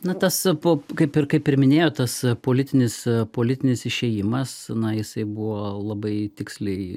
na tas po kaip ir kaip ir minėjot tas politinis politinis išėjimas na jisai buvo labai tiksliai